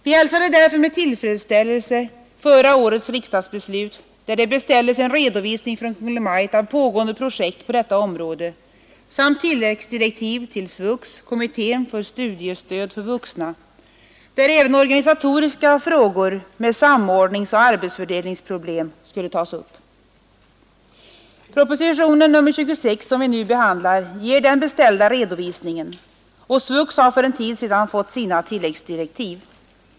Vi hälsade därför med tillfredsställelse förra årets riksdagsbeslut, där det beställdes en redovisning av pågående projekt på detta område samt tilläggsdirektiv till SVUX — kommittén för studiestöd för vuxna — varvid även de organisatoriska frågorna med samordningsoch arbetsfördelningsproblem skulle tas upp. Propositionen nr 26, som vi nu behandlar, ger den beställda redovisningen, och SVUX har för en tid sedan fått sina tilläggsdirektiv.